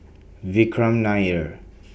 Vikram Nair